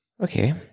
Okay